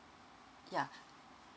ya